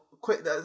quick